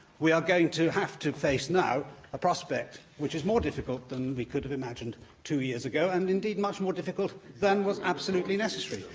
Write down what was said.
we are going to have to face now a prospect that is more difficult than we could have imagined two years ago, and indeed much more difficult than was absolutely necessary.